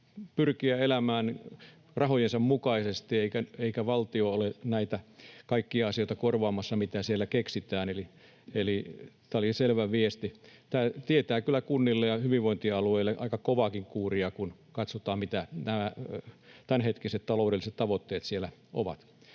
pyrkiä elämään rahojensa mukaisesti eikä valtio ole näitä kaikkia asioita korvaamassa, mitä siellä keksitään. Tämä oli selvä viesti. Tämä tietää kyllä kunnille ja hyvinvointialueille aika kovaakin kuuria, kun katsotaan, mitä nämä tämänhetkiset taloudelliset tavoitteet siellä ovat.